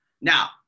Now